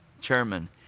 chairman